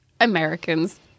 Americans